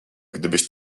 gdybyś